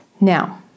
Now